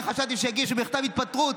אני חשבתי שיגישו מכתב התפטרות.